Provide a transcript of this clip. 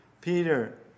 Peter